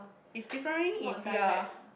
is differing if you are